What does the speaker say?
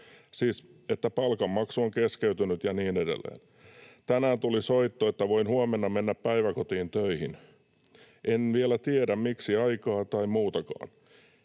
siis että palkanmaksu on keskeytynyt ja niin edelleen. Tänään tuli soitto, että voin huomenna mennä päiväkotiin töihin. En vielä tiedä, miksi aikaa, tai muutakaan.